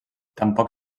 tampoc